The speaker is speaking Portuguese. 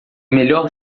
melhor